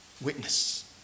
witness